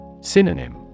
Synonym